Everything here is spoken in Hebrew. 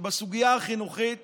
שבסוגיה החינוכית